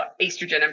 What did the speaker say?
estrogen